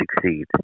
succeed